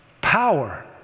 power